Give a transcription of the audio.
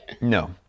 No